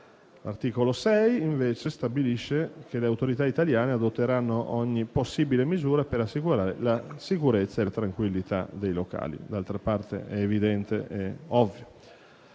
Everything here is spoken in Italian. L'articolo 6 stabilisce invece che le autorità italiane adotteranno ogni possibile misura per assicurare la sicurezza e la tranquillità dei locali (come, d'altra parte, è evidente ed ovvio).